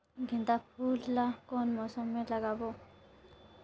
गेंदा फूल ल कौन मौसम मे लगाबो?